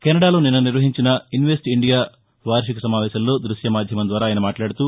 కెనడాలో నిన్న నిర్వహించిన ఇన్వెస్ట్ ఇండియా వార్షిక సమావేశంలో ద్బశ్యమాధ్యమం ద్వారా ఆయన మాట్లాడుతూ